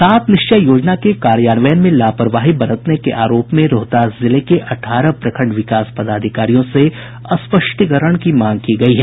सात निश्चय योजना के कार्यान्वयन में लापरवाही बरतने के आरोप में रोहतास जिले के अठाहर प्रखंड विकास पदाधिकारियों से स्पष्टीकरण की मांग की गयी है